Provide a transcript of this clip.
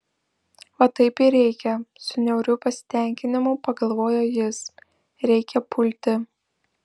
va taip ir reikia su niauriu pasitenkinimu pagalvojo jis reikia pulti